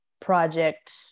project